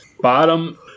Bottom